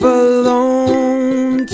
alone